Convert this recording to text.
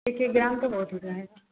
एक एक ग्राम तो बहुत हो जाएगा